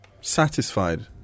Satisfied